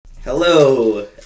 Hello